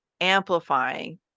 amplifying